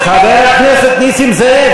חבר הכנסת נסים זאב,